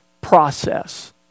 process